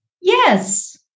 Yes